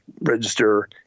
register